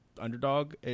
underdog